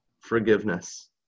forgiveness